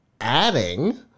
adding